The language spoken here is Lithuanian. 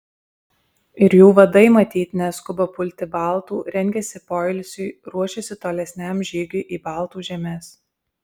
ir jų vadai matyt neskuba pulti baltų rengiasi poilsiui ruošiasi tolesniam žygiui į baltų žemes